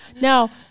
Now